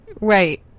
right